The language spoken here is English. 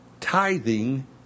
tithing